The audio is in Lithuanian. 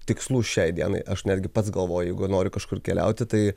tikslų šiai dienai aš netgi pats galvoju jeigu noriu kažkur keliauti tai